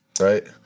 right